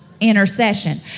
Intercession